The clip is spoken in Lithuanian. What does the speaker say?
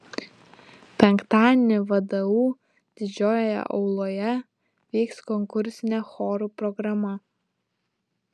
penktadienį vdu didžiojoje auloje vyks konkursinė chorų programa